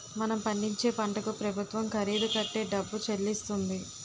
మనం పండించే పంటకు ప్రభుత్వం ఖరీదు కట్టే డబ్బు చెల్లిస్తుంది